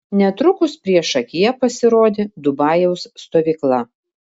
netrukus priešakyje pasirodė dubajaus stovykla